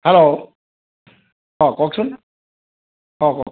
hello অঁ কওকচোন অঁ